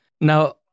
Now